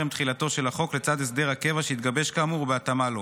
תחילתו של החוק לצד הסדר הקבע שיתגבש כאמור ובהתאמה לו,